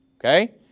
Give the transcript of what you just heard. Okay